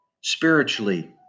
spiritually